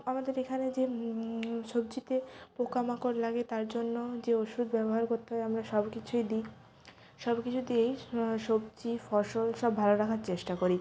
আমাদের এখানে যে সবজিতে পোকা মাকড় লাগে তার জন্য যে ওষুধ ব্যবহার করতে হয় আমরা সব কিছুই দিই সব কিছু দিয়েই সবজি ফসল সব ভালো রাখার চেষ্টা করি